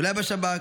אולי בשב"כ,